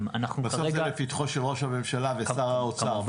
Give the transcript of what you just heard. בסוף זה לפתחו של ראש הממשלה ושר האוצר.